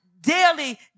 daily